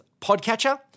podcatcher